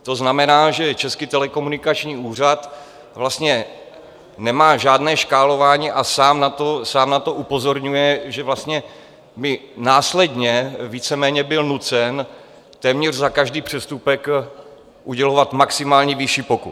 To znamená, že Český telekomunikační úřad vlastně nemá žádné škálování a sám na to upozorňuje, že vlastně by následně byl víceméně nucen téměř za každý přestupek udělovat maximální výši pokut.